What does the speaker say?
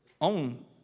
own